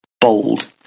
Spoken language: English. bold